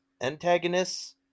antagonists